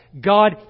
God